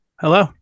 Hello